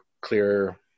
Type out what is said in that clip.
clear